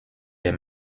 des